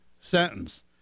sentence